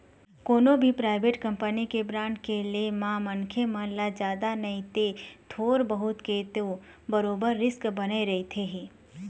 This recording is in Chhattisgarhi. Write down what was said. कोनो भी पराइवेंट कंपनी के बांड के ले म मनखे मन ल जादा नइते थोर बहुत के तो बरोबर रिस्क बने रहिथे ही